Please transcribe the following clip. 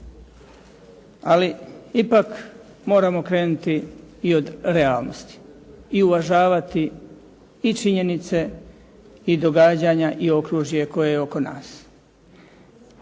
ali ipak moramo krenuti i od realnosti i uvažavati i činjenice i događanja i okružje koje je oko nas.